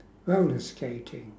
rollerskating